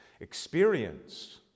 experience